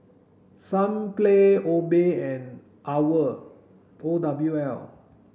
Sunplay Obey and OWL O W L